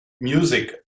music